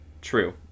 True